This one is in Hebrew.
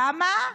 למה?